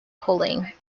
cooling